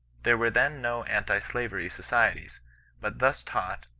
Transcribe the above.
there were then no anti-slavery societies but thus taught,